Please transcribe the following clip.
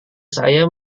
saya